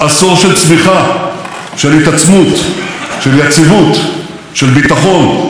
של ביטחון, של שגשוג, של בנייה, של פריחה מדינית.